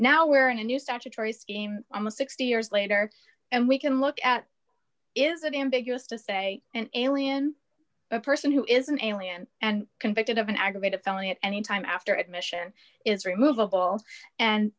now we're in a new statutory scheme almost sixty years later and we can look at is it ambiguous to say an alien a person who is an alien and convicted of an aggravated felony at any time after admission is removable and